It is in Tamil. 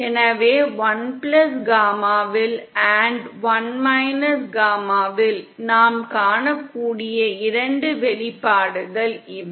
எனவே 1 காமாவில் 1 காமாவில் நாம் காணக்கூடிய 2 வெளிப்பாடுகள் இவை